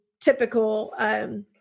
typical